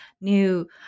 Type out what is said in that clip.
new